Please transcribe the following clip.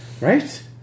right